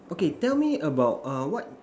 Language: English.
okay tell me about err what